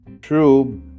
True